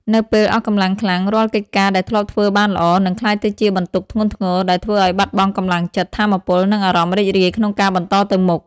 នៅពេលអស់កម្លាំងខ្លាំង រាល់កិច្ចការដែលធ្លាប់ធ្វើបានល្អ នឹងក្លាយទៅជាបន្ទុកធ្ងន់ធ្ងរ ដែលធ្វើឲ្យបាត់បង់កម្លាំងចិត្ត ថាមពល និងអារម្មណ៍រីករាយក្នុងការបន្តទៅមុខ។